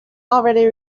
already